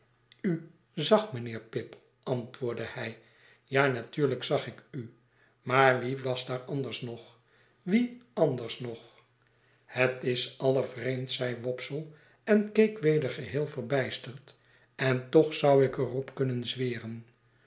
u zag mijnheer pip antwoordde hij ja natuurlijk zag ik u maar wie was daar anders nog wie anders nog het is allervreemdst zeide wopsle en keek weder geheel verbijsterd en toch zou ik er op kunnen zweren